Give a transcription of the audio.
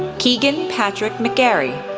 keegan patrick mcgarry,